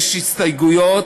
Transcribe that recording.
יש הסתייגויות.